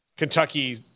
Kentucky